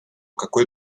какой